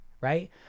right